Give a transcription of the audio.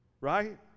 right